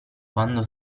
quando